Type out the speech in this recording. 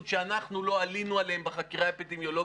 שאנחנו לא עלינו עליהם בחקירה האפידמיולוגית.